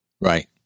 Right